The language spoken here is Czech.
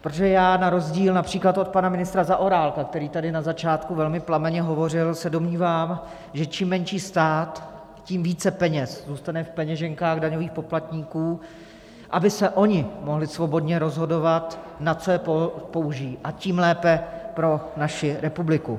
protože já na rozdíl například od pana ministra Zaorálka, který tady na začátku velmi plamenně hovořil, se domnívám, že čím menší stát, tím více peněz zůstane v peněženkách daňových poplatníků, aby se oni mohli svobodně rozhodovat, na co je použijí, a tím lépe pro naši republiku.